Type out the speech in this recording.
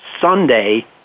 Sunday